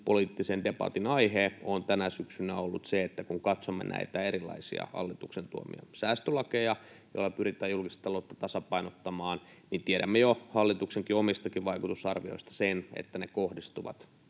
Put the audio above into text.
poliittisen debatin aihe on tänä syksynä ollut se, että kun katsomme näitä erilaisia hallituksen tuomia säästölakeja, joilla pyritään julkista taloutta tasapainottamaan, niin tiedämme jo hallituksen omistakin vaikutusarvioista sen, että ne kohdistuvat